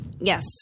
Yes